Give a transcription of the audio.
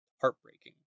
Heartbreaking